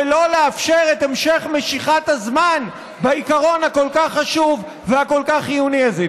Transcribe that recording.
ולא לאפשר את המשך משיכת הזמן בעיקרון הכל-כך חשוב והכל-כך חיוני הזה.